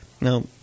Now